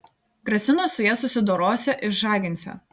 grasino su ja susidorosią išžaginsią